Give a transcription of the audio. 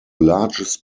largest